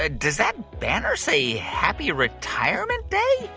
ah does that banner say happy retirement day?